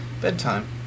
bedtime